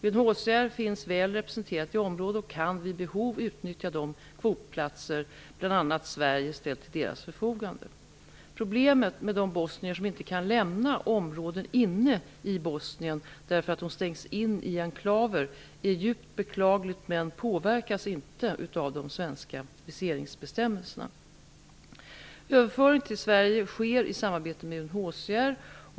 UNHCR finns väl representerade i området och kan vid behov utnyttja de kvotplatser bl.a. Sverige ställt till deras förfogande. Problemet med de bosnier som inte kan lämna områden inne i Bosnien därför att de stängts in i enklaver är djupt beklagligt men påverkas inte av de svenska viseringsbestämmelserna. Överföring till Sverige sker i samarbete med UNHCR.